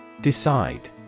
Decide